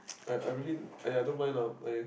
I I really !aiya! I don't mind lah !aiya!